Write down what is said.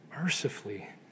mercifully